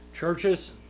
Churches